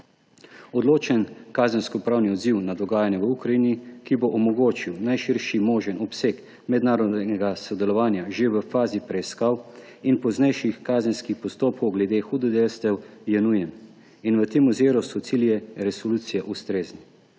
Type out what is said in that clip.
Odločen kazenskopravni odziv na dogajanje v Ukrajini, ki bo omogočil najširši možen obseg mednarodnega sodelovanja že v fazi preiskav in poznejših kazenskih postopkov glede hudodelstev, je nujen. V tem oziru so cilji resolucije ustrezni.